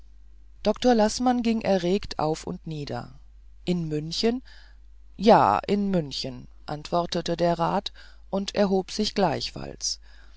doktor laßmann ging erregt auf und nieder in münchen ja in münchen antwortete der rat und erhob sich gleichfalls